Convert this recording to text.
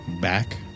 back